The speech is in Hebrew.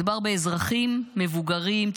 מדובר באזרחים מבוגרים,